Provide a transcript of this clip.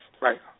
Right